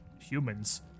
humans